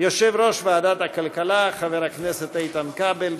יושב-ראש ועדת הכלכלה, חבר הכנסת איתן כבל.